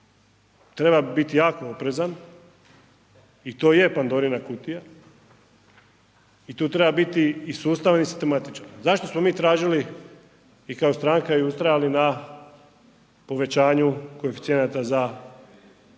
treba biti jako oprezan i to je Pandorina kutija i tu treba biti i sustavan i sistematičan. Zašto smo mi tražili i kao stranka i ustajali na povećaju koeficijenata za